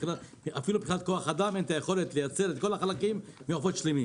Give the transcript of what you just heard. אפילו מבחינת כוח אדם אין את היכולת לייצר את כל החלקים מעופות שלמים.